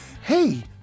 hey